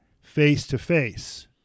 face-to-face